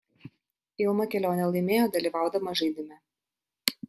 ilma kelionę laimėjo dalyvaudama žaidime